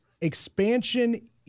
expansion